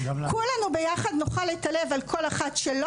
כולנו ביחד נאכל את הלב על כל אחת שלא